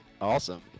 awesome